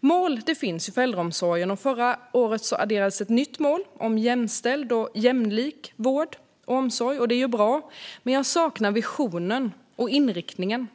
Mål för äldreomsorgen finns, och förra året adderades ett nytt mål om jämställd och jämlik vård och omsorg. Det är bra. Men jag saknar visionen och inriktningen.